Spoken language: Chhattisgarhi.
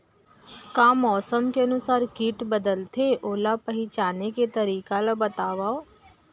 का मौसम के अनुसार किट बदलथे, ओला पहिचाने के तरीका ला बतावव?